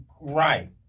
Right